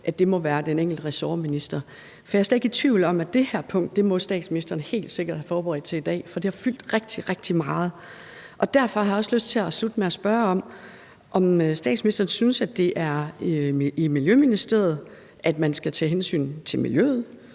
at det må være op til den enkelte ressortminister. Jeg er slet ikke i tvivl om, at det her punkt må statsministeren helt sikkert have forberedt til i dag, for det har fyldt rigtig, rigtig meget. Derfor har jeg også lyst til at slutte med at spørge om, om statsministerens synes, at det er i Miljøministeriet, at man skal tage hensyn til miljøet,